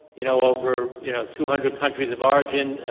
you know, over you know two hundred countries of origin.